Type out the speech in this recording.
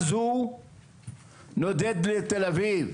אז, הוא נודד לתל אביב